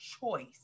choice